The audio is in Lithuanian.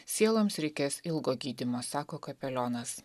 sieloms reikės ilgo gydymo sako kapelionas